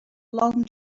long